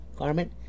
garment